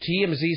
TMZ